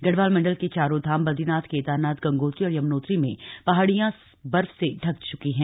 गढ़वाल मंडल के चारों धाम बदरीनाथ केदारनाथ गंगोत्री और यमुनोत्री में पहाड़ियां बर्फ से लकदक हो गई हैं